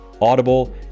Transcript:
Audible